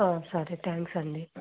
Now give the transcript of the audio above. సరే థ్యాంక్స్ అండి